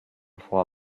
for